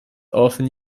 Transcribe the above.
often